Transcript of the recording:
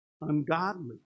ungodly